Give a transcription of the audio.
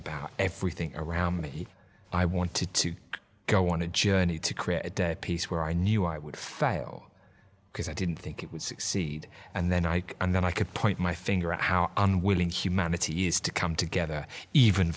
about everything around me i wanted to go on a journey to create a day peace where i knew i would fail because i didn't think it would succeed and then i and then i could point my finger at how unwilling humanity is to come together even